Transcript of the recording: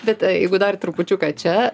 bet jeigu dar trupučiuką čia